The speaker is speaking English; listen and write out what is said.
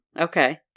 Okay